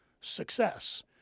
success